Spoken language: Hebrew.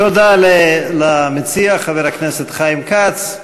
תודה למציע, חבר הכנסת חיים כץ.